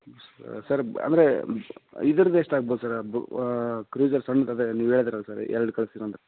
sir sir ಬ ಅಂದರೆ ಇದ್ರದ್ ಎಷ್ಟಾಗ್ಬೋದು ಸರ್ ಬೂ ಕ್ರೂಸರ್ ಸಣ್ಣ ಅದೇ ನೀವು ಹೇಳಿದ್ರಲ್ಲಾ ಸರ್ ಎರಡು ಕಳಿಸ್ತೀನ್ ಅಂದ್ರಿ